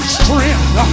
strength